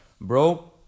Bro